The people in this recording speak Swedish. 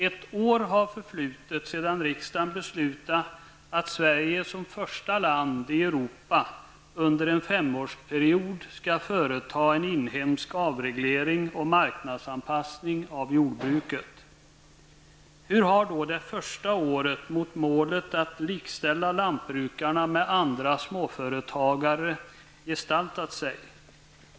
Ett år har förflutit sedan riksdagen beslutade att Sverige som första land i Europa under en femårsperiod skall företa en inhemsk avreglering och marknadsanpassning av jordbruket. Hur har då det första året mot målet att likställa lantbrukarna med andra småföretagare gestaltat sig?